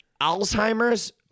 Alzheimer's